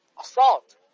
assault